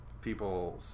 people